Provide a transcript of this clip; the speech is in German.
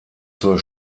zur